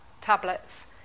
tablets